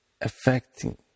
affecting